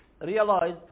realize